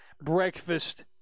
breakfast